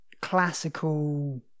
classical